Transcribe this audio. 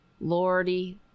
Lordy